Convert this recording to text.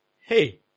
hey